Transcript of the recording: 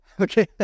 Okay